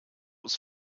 was